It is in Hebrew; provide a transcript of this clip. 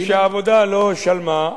משום שהעבודה לא שלְמה.